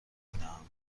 بدهم